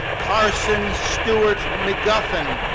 carson stuart mcguffin,